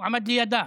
הוא עמד לידה.